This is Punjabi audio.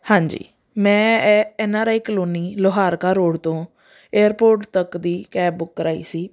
ਹਾਂਜੀ ਮੈਂ A N R I colony Luharka road ਤੋਂ ਏਅਰਪੋਰਟ ਤੱਕ ਦੀ ਕੈਬ ਬੁੱਕ ਕਰਵਾਈ ਸੀ